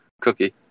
Cookie